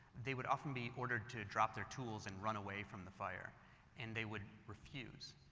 they would often be ordered to drop their tools and run away from the fire and they would refuse.